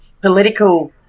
Political